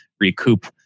recoup